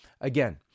Again